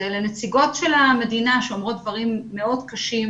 אלה נציגות של המדינה שאומרות דברים מאוד קשים